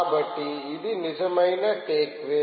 కాబట్టి ఇది నిజమైన టేకావే